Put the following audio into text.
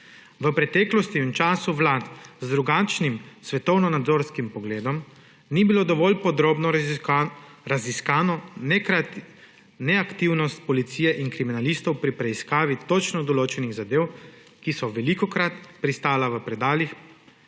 V preteklosti in času vlad z drugačnim svetovnonazorskim pogledom ni bila dovolj podrobno raziskana neaktivnosti policije in kriminalistov pri preiskavi točno določenih zadev, ki so velikokrat pristale v predalih